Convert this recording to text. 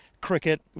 cricket